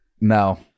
No